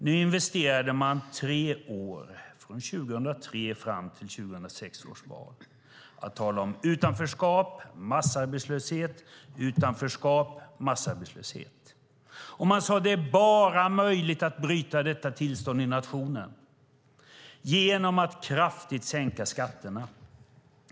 Nu investerade man under tre år, från 2003 och fram till valet 2006, i att tala om utanförskap, massarbetslöshet, utanförskap, massarbetslöshet. Man sade: Det är möjligt att bryta detta tillstånd i nationen bara genom att kraftigt sänka skatterna.